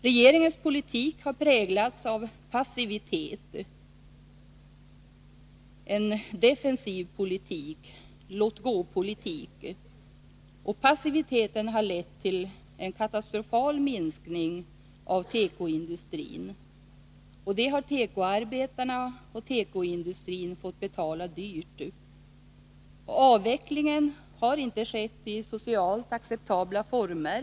Regeringens politik har präglats av passivitet — en defensiv politik, en låt-gå-politik. Denna passivitet har lett till en katastrofalt minskad tekoindustri. Det har denna industri och arbetarna inom den fått betala dyrt. Avvecklingen har inte skett i socialt acceptabla former.